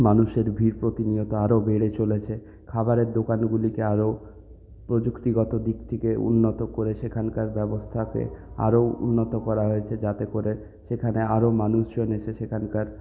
মানুষের ভিড় প্রতিনিয়ত আরও বেড়ে চলেছে খাবারের দোকানগুলিকে আরও প্রযুক্তিগত দিক থেকে উন্নত করে সেখানকার ব্যবস্থাকে আরও উন্নত করা হয়েছে যাতে করে সেখানে আরও মানুষজন এসে সেখানকার